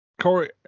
Corey